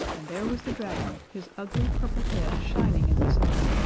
and there was the dragon, his ugly purple head shining in the sun,